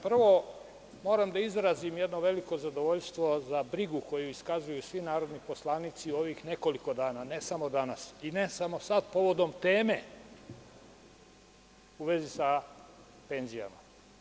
Prvo, moram da izrazim jedno veliko zadovoljstvo za brigu koju iskazuju svi narodni poslanici ovih nekoliko dana, ne samo danas, ne samo sada, u vezi sa penzijama.